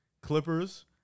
Clippers